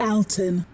Alton